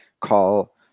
call